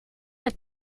met